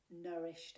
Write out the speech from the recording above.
nourished